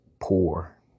poor